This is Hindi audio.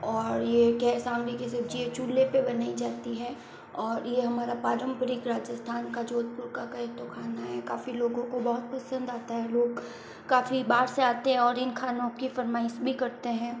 और ये कैर सांगरी की सब्ज़ी एक चूल्हे पे बनाई जाती है और ये हमारा पारंपरिक राजस्थान का जोधपुर का कहें तो खाना है काफ़ी लोगों को बहुत पसंद आता है लोग काफ़ी बाहर से आते हैं और इन खानों की फ़रमाइश भी करते हैं